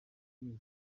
yose